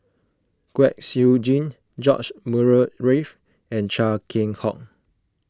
Kwek Siew Jin George Murray Reith and Chia Keng Hock